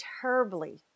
terribly